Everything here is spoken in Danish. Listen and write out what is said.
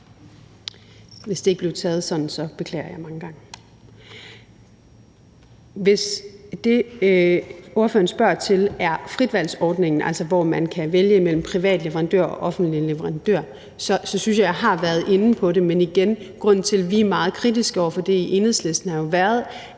Hvis det ikke blev opfattet sådan, beklager jeg mange gange. Hvis det, ordføreren spørger til, er fritvalgsordningen, altså det, at man kan vælge imellem privat og offentlig leverandør, synes jeg, at jeg har været inde på det, men igen vil jeg sige, at grunden til, at vi er meget kritiske over for det i Enhedslisten, er,